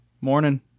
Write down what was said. morning